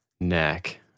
neck